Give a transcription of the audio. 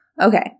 Okay